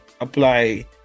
apply